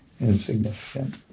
insignificant